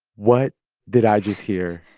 what did i just hear?